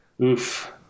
oof